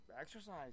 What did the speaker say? exercise